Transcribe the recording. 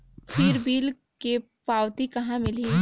फिर बिल के पावती कहा मिलही?